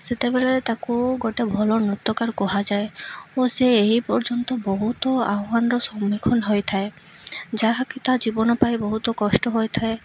ସେତେବେଳେ ତାକୁ ଗୋଟେ ଭଲ ନୃତକାର କୁହାଯାଏ ଓ ସେ ଏହି ପର୍ଯ୍ୟନ୍ତ ବହୁତ ଆହ୍ୱାନର ସମ୍ମୁଖୀନ ହୋଇଥାଏ ଯାହାକି ତା ଜୀବନ ପାଇଁ ବହୁତ କଷ୍ଟ ହୋଇଥାଏ